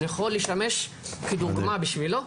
אני יכול לשמש כדוגמא בשבילו.